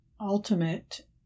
ultimate